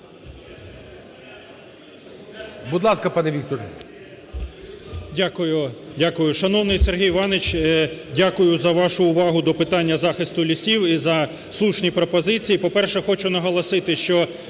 дякую. Шановний Сергій Іванович, дякую за вашу увагу до питання захисту лісів і за слушні пропозиції. По-перше, хочу наголосити, що